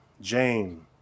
Jane